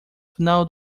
final